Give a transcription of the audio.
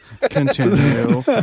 Continue